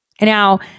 Now